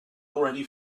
already